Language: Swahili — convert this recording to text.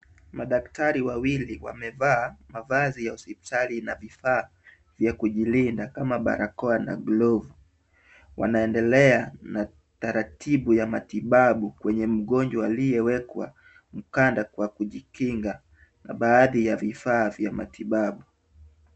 Madaktari wawili wamevaa mavazi ya hospitali. Ina vifaa vya kujilinda kama barakoa na glovu. Wanaendelea na taratibu ya matibabu kwenye mgonjwa aliyewekwa mkanda kwa kujikinga na baadhi ya vifaa vya matibabu.